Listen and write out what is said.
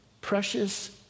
Precious